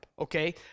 okay